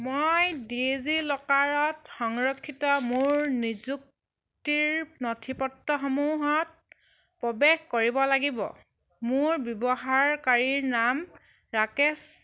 মই ডিজি লকাৰত সংৰক্ষিত মোৰ নিযুক্তিৰ নথিপত্ৰসমূহত প্ৰৱেশ কৰিব লাগিব মোৰ ব্যৱহাৰকাৰীৰ নাম ৰাকেশ